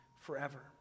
forever